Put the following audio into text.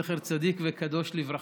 זכר צדיק וקדוש לברכה,